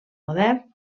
modern